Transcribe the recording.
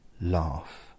Laugh